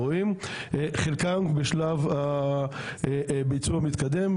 חלקם בשלב ביצוע מתקדם,